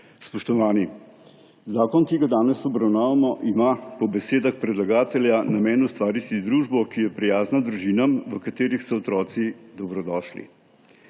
Spoštovani! Zakon, ki ga danes obravnavamo, ima po besedah predlagatelja namen ustvariti družbo, ki je prijazna družinam, v katerih so otroci dobrodošli.